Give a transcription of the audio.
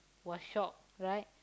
was shocked right